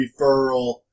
referral